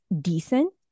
decent